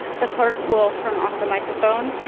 the clerk will turn off the microphone.